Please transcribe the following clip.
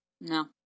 No